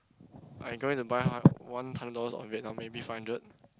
I going to buy ha~ one hundred dollars on Vietnam maybe five hundred